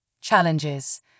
Challenges